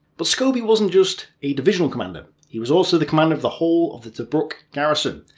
but scobie wasn't just a divisional commander. he was also the commander of the whole of the tobruk garrison.